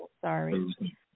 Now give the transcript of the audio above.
sorry